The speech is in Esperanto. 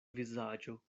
vizaĝo